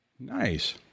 Nice